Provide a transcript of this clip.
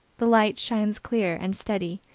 the light shines clear and steady,